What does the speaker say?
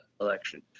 election